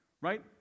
right